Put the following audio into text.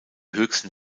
höchsten